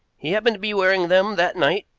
he happened to be wearing them that night,